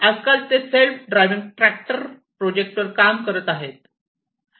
आजकाल ते self driving tractor प्रोजेक्टवर काम करत आहेत